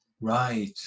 Right